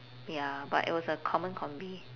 ya but it was a common combi